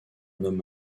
homme